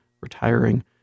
retiring